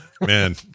Man